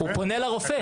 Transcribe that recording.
הוא פונה לרופא.